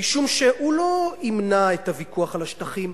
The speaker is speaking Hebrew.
משום שהוא לא ימנע את הוויכוח על השטחים.